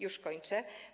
Już kończę.